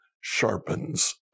sharpens